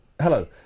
Hello